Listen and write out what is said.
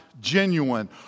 genuine